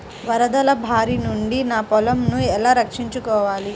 వరదల భారి నుండి నా పొలంను ఎలా రక్షించుకోవాలి?